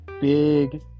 big